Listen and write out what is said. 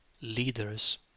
leaders